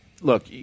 look